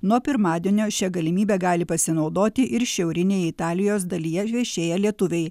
nuo pirmadienio šia galimybe gali pasinaudoti ir šiaurinėje italijos dalyje viešėję lietuviai